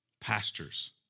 pastors